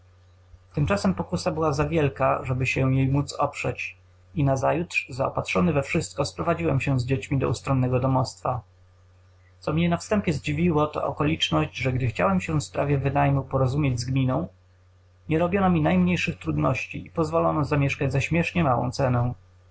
tymczasem pokusa była za wielka żeby się jej módz oprzeć i nazajutrz zaopatrzony we wszystko sprowadziłem się z dziećmi do ustronnego domostwa co mnie na wstępie ździwiło to okoliczność że gdy chciałem się w sprawie wynajmu porozumieć z gminą nie robiono mi najmniejszych trudności i pozwolono zamieszkać za śmiesznie małą cenę